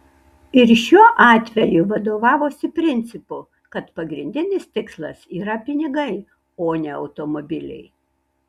ir šiuo atveju vadovavosi principu kad pagrindinis tikslas yra pinigai o ne automobiliai